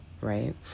right